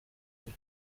ubwa